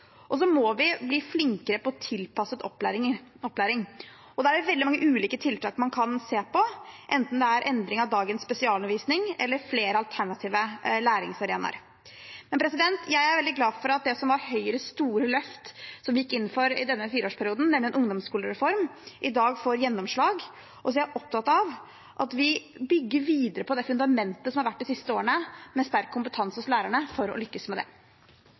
og timefordelingen, bl.a. Så må vi bli flinkere på tilpasset opplæring, og da er det veldig mange ulike tiltak man kan se på, enten det er endring av dagens spesialundervisning eller flere alternative læringsarenaer. Jeg er veldig glad for at det som var Høyres store løft, som vi gikk inn for i denne fireårsperioden, nemlig en ungdomsskolereform, får vi i dag gjennomslag for, og jeg er opptatt av at vi bygger videre på det fundamentet som har vært de siste årene, med sterk kompetanse hos lærerne, for å lykkes med det.